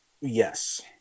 Yes